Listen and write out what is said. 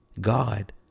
God